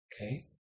okay